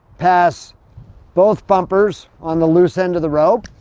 pass both bumpers on the loose end of the rope.